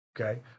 Okay